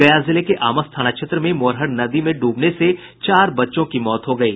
गया जिले के आमस थाना क्षेत्र में मोरहर नदी में ड्रबने से चार बच्चों की मौत हो गयी